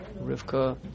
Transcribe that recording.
Rivka